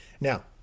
Now